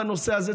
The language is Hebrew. בנושא הזה,